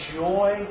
joy